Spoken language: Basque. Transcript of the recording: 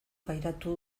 pairatu